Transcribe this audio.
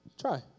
Try